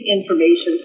information